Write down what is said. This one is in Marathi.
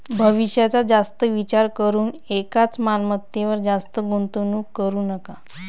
भविष्याचा जास्त विचार करून एकाच मालमत्तेवर जास्त गुंतवणूक करू नका